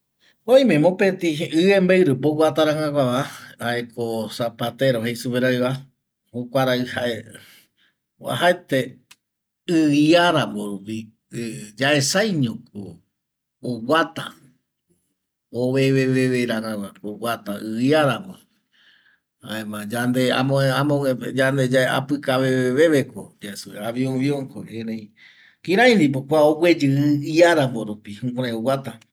Oime mopetei iembei rupi oguata rangaguava jaeko zapatero jei superaiva jokuarai jae oajaete i iarambo rupi yaesaiñoko oguata oveve rangaguako oguata i iarambo jaema yande amoguepe yande yae apicaveveveko yae supe avionvionko erei kirai ndipo kua ogueyi i iarambo rupi jukurai oiguata